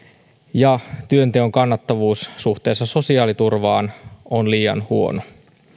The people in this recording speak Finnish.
ja työnteon kannattavuus suhteessa sosiaaliturvaan on liian huono